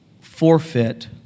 forfeit